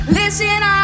Listen